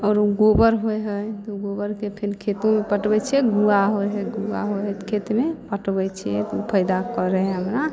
आओर ओ गोबर होइ हइ तऽ गोबरके फेर खेतोमे पटबै छिए गुआ होइ हइ गुआ होइ हइ तऽ खेतमे पटबै छिए फाइदा करै हइ हमरा